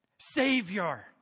Savior